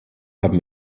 haben